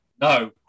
no